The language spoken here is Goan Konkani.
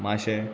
माशेन